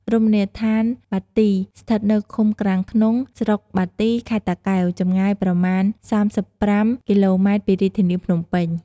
រមណីយដ្ឋានបាទី ស្ថិតនៅឃុំក្រាំងធ្នង់ ស្រុកបាទី ខេត្តតាកែវ ចម្ងាយប្រមាណ ៣៥ គីឡូម៉ែត្រពីរាជធានីភ្នំពេញ។